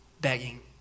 begging